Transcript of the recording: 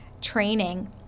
training